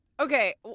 Okay